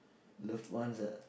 loved ones ah